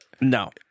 no